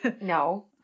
no